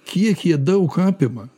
kiek jie daug apima